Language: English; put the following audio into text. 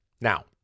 Now